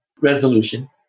resolution